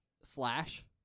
slash